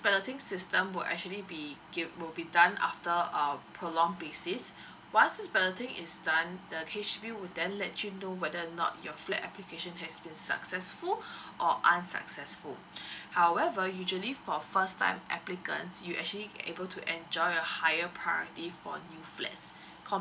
balloting system will actually be giv~ will be done after uh prolonged basis once this balloting is done the H_D_B will then let you know whether or not your flat application has been successful or unsuccessful however usually for first time applicants you're actually able to enjoy a higher priority for new flats comparing